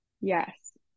Yes